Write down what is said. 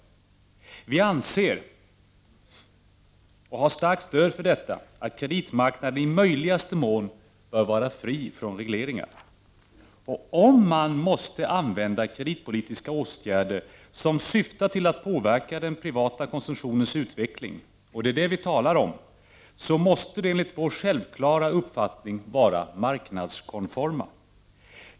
Vi anser, vilket vi har starkt stöd för, att kreditmarknaden i möjligaste mån bör vara fri från regleringar. Om man måste använda kreditpolitiska åtgärder som syftar till att påverka den privata konsumtionens utveckling, och det är det vi talar om, måste de enligt vår självklara uppfattning vara marknadskonforma.